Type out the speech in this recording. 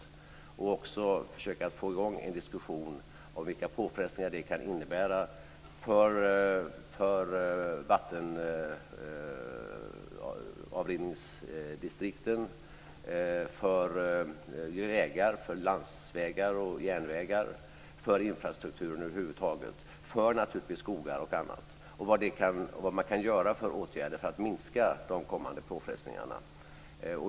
Jag vill också på konferensen försöka få i gång en diskussion om vilka påfrestningar detta kan innebära för vattenavrinningsdistrikten; för vägar, landsvägar och järnvägar; för infrastrukturen över huvud taget; naturligtvis för skogar och annat samt vad man kan vidta för åtgärder för att minska de kommande påfrestningarna.